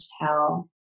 tell